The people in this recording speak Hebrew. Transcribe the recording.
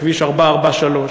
כביש 443,